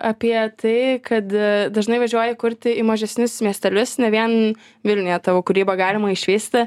apie tai kad dažnai važiuoji kurti į mažesnius miestelius ne vien vilniuje tavo kūrybą galima išvysti